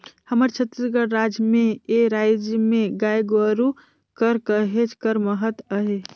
हमर छत्तीसगढ़ राज में ए राएज में गाय गरू कर कहेच कर महत अहे